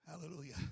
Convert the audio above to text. Hallelujah